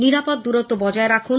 নিরাপদ দূরত্ব বজায় রাখুন